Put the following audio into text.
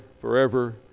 forever